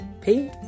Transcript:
peace